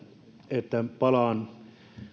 että palaan